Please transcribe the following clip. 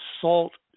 salt